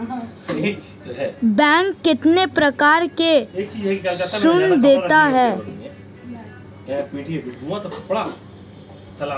Bank कितने प्रकार के ऋण देता है?